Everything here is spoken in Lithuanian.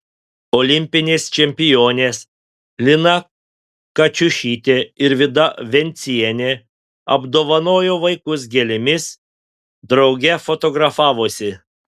olimpinės čempionės lina kačiušytė ir vida vencienė apdovanojo vaikus gėlėmis drauge fotografavosi